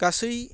गासै